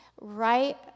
right